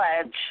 pledge